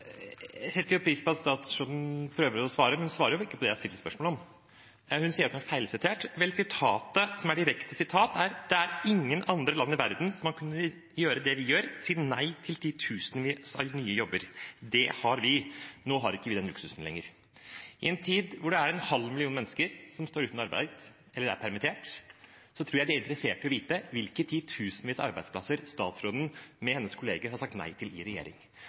pris på at statsråden prøver å svare, men hun svarer ikke på det jeg stilte spørsmål om. Hun sier at hun er feilsitert. Vel, i sitatet, som er et direkte sitat, står det: «Det er nesten ingen andre land i verden som har kunnet gjøre det, si nei til titusenvis av nye jobber. Men det har vi.» Og videre: «Nå har vi ikke den luksusen lenger.» I en tid da det er en halv million mennesker som står uten arbeid eller er blitt permittert, tror jeg de er interessert i å vite hvilke titusenvis av arbeidsplasser statsråden og hennes kolleger i regjeringen har sagt nei til.